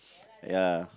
ya